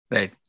Right